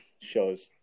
shows